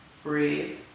Breathe